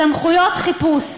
סמכויות חיפוש.